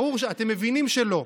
ברור, אתם מבינים שלא.